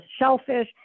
shellfish